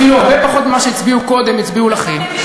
אפילו הרבה פחות ממה שהצביעו קודם הצביעו לכם.